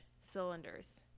cylinders